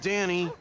Danny